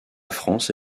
france